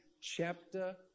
chapter